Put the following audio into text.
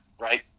right